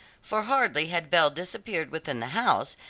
for hardly had belle disappeared within the house,